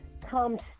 comes